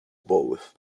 both